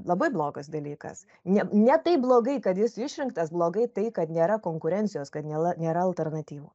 labai blogas dalykas ne ne taip blogai kad jis išrinktas blogai tai kad nėra konkurencijos kad nela nėra alternatyvų